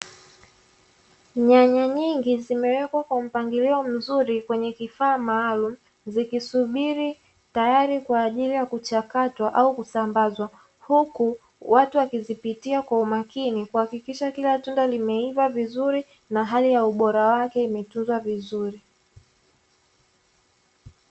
Nyanya nyingi zimewekwa kwa mpangilo mzuri kwenye kifaa maalumu zikisubiri tayari kwa ajili ya kuchakatwa au kusambazwa huku watu wakizipitia kwa umakini, kuhakikisha kila tunda limeiva vizuri na na hali ya ubora wake imetunzwa vizuri.